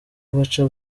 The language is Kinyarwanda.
baca